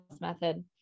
method